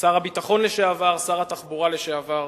שר הביטחון לשעבר, שר התחבורה לשעבר,